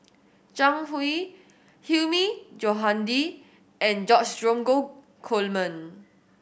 Zhang Hui Hilmi Johandi and George Dromgold Coleman